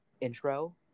intro